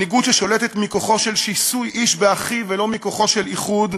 מנהיגות ששולטת מכוחו של שיסוי איש באחיו ולא מכוחו של איחוד,